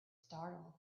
startled